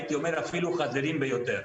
אפילו חסרים ביותר.